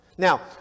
Now